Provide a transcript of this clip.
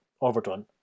overdone